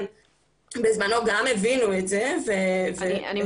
בזמנו גם הבינו את זה --- סליחה,